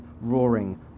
roaring